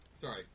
sorry